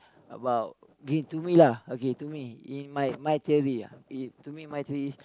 about to me lah okay to me in my my theory ah in to me my theory is